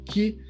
que